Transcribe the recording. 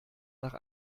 nach